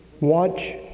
Watch